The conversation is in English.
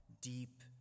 deep